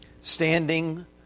standing